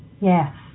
yes